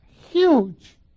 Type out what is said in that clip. huge